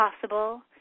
possible